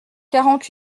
quarante